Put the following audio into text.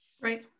right